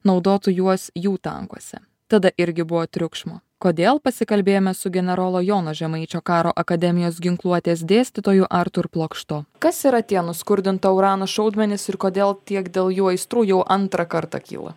naudotų juos jų tankuose tada irgi buvo triukšmo kodėl pasikalbėjome su generolo jono žemaičio karo akademijos ginkluotės dėstytoju artūr plokšto kas yra tie nuskurdinto urano šaudmenys ir kodėl tiek dėl jų aistrų jau antrą kartą kyla